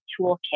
toolkit